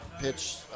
pitch –